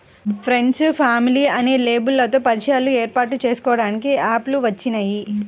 friends, family అనే లేబుల్లతో పరిచయాలను ఏర్పాటు చేసుకోడానికి యాప్ లు వచ్చినియ్యి